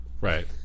Right